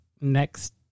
next